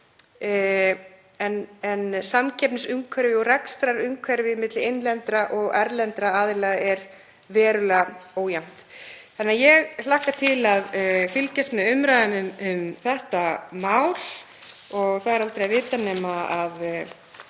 en samkeppnisumhverfi og rekstrarumhverfi milli innlendra og erlendra aðila er verulega ójafnt. Ég hlakka til að fylgjast með umræðum um þetta mál og það er aldrei að vita nema það